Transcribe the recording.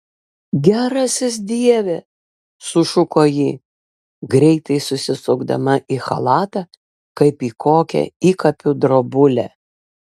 gerasis dieve sušuko ji greitai susisukdama į chalatą kaip į kokią įkapių drobulę